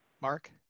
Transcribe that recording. Mark